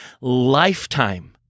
lifetime